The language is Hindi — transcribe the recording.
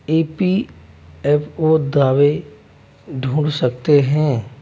ए पी एफ ओ दावे ढूँढ सकते है